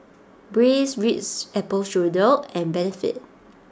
Breeze Ritz Apple Strudel and Benefit